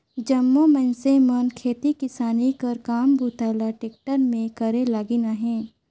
जम्मो मइनसे मन खेती किसानी कर काम बूता ल टेक्टर मे करे लगिन अहे